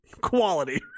Quality